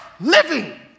living